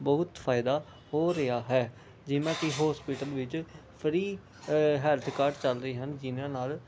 ਬਹੁਤ ਫਾਇਦਾ ਹੋ ਰਿਹਾ ਹੈ ਜੇ ਮੈਂ ਕੋਈ ਹੋਸਪੀਟਲ ਵਿੱਚ ਫ੍ਰੀ ਹੈਲਥ ਕਾਡ ਚੱਲਦੇ ਹਨ ਜਿਹਨਾਂ ਨਾਲ